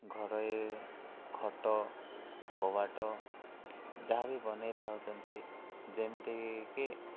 ଘରୋଇ ଖଟ କବାଟ ଯାହା ବିି ବନେଇ ଥାଉଛନ୍ତି ଯେମିତିକି